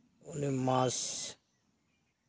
ᱩᱱᱤ ᱢᱟᱠᱥ